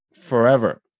forever